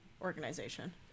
Organization